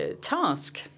task